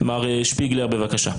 מר שפיגלר, בבקשה.